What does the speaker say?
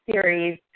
series